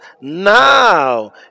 Now